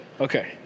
Okay